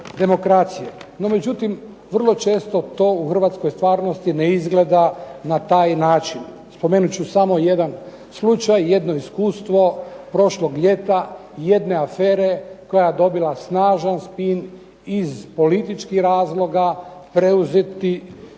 demokracije. NO, međutim, vrlo često to u Hrvatskoj stvarnosti ne izgleda na taj način. Spomenut ću samo jedan slučaj, jedno iskustvo prošlog ljeta, jedne afere koja je dobila snažan spin iz političkih razloga, preuzeti